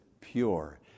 pure